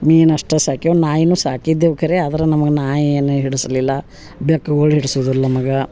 ಮೀನು ಅಷ್ಟು ಸಾಕ್ಯಾವ ನಾಯಿನು ಸಾಕಿದೇವು ಖರೆ ಆದ್ರ ನಮ್ಗ ನಾಯಿ ಏನು ಹಿಡಸಲಿಲ್ಲ ಬೆಕ್ಕುಗಳ ಹಿಡ್ಸುದಿಲ್ಲ ನಮಗೆ